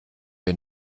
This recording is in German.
wir